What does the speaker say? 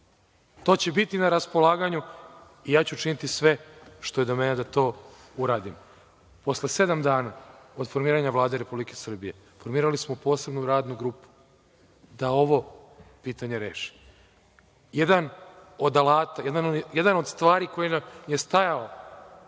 To će biti na raspolaganju i ja učiniti sve što je do mene da to uradim. Posle sedam dana, od formiranja Vlade Republike Srbije, formirali smo posebnu radnu grupu da ovo pitanje reši. Jedna od stvari koja nam je stajala